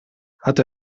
hat